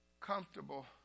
comfortable